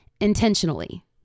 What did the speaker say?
intentionally